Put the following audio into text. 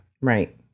Right